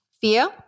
fear